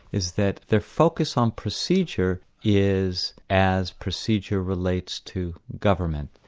is that their focus on procedure is as procedure relates to government.